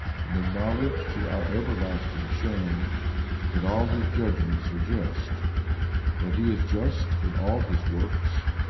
and acknowledge to our everlasting shame that all his judgments are just that he is just in all his works,